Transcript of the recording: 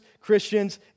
Christians